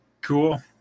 Cool